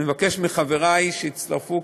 אני מבקש מחברי שיצטרפו,